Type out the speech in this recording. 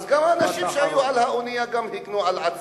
אז גם האנשים שהיו על האונייה, גם הגנו על עצמם.